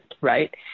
right